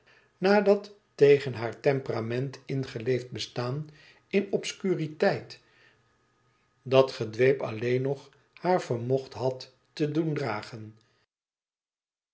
tegen haar temperament in geleefd bestaan in obscuriteit dat gedweep alleen nog haar vermocht had te doen dragen